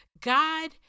God